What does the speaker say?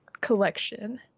collection